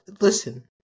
Listen